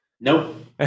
Nope